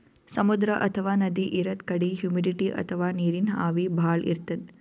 ಸಮುದ್ರ ಅಥವಾ ನದಿ ಇರದ್ ಕಡಿ ಹುಮಿಡಿಟಿ ಅಥವಾ ನೀರಿನ್ ಆವಿ ಭಾಳ್ ಇರ್ತದ್